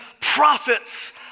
prophets